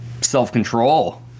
self-control